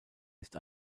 ist